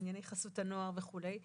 בענייני חסות הנוער וכולי,